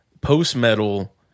post-metal